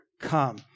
come